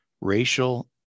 racial